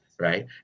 right